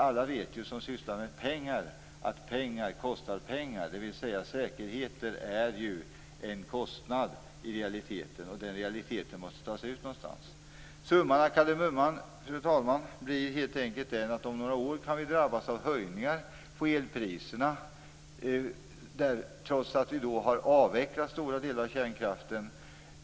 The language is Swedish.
Alla som sysslar med pengar vet ju att pengar kostar pengar. Säkerheter är ju en kostnad i realiteten, och den realiteten måste tas ut någonstans. Summan av kardemumman, fru talman, blir helt enkelt att vi om några år kan drabbas av höjningar av elpriserna trots att vi då har avvecklat stora delar av kärnkraften.